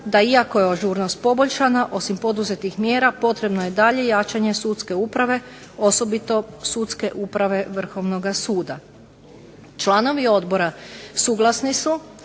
da iako je ažurnost poboljšana osim poduzetih mjera potrebno je dalje jačanje sudske uprave, osobito sudske uprave vrhovnog suda. Članovi Odbora suglasni su